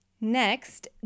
Next